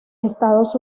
estados